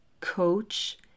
coach